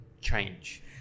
change